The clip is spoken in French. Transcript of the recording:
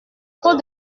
trop